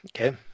okay